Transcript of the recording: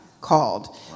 called